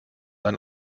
ein